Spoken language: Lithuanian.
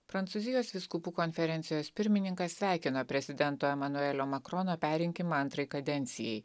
prancūzijos vyskupų konferencijos pirmininkas sveikino prezidento emanuelio makrono perrinkimą antrai kadencijai